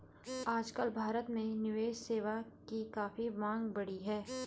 आजकल भारत में निवेश सेवा की काफी मांग बढ़ी है